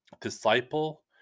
Disciple